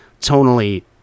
tonally